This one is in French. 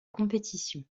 compétition